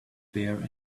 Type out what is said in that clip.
bear